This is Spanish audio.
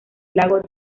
lago